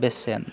बेसेन